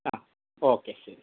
ആ ഓക്കെ ശരി ശരി